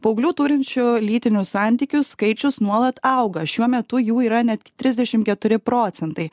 paauglių turinčių lytinių santykių skaičius nuolat auga šiuo metu jų yra net trisdešim keturi procentai